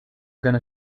gonna